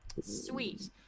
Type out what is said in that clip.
Sweet